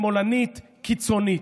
שמאלנית קיצונית.